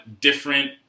different